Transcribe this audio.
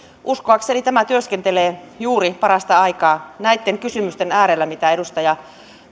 uskoakseni tämä työskentelee juuri parastaikaa näitten kysymysten äärellä mitä edustaja